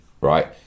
right